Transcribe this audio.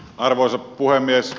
arvoisa puhemies